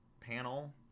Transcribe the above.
panel